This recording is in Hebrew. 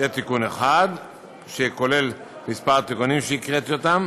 זה תיקון אחד שכולל כמה תיקונים, והקראתי אותם.